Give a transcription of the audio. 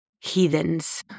Heathens